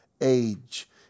age